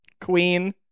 queen